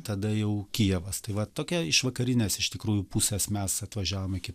tada jau kijevas tai va tokia išvakarinės iš tikrųjų pusės mes atvažiavom iki